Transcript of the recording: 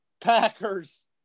Packers